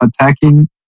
attacking